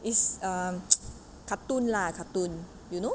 is um cartoon lah cartoon you know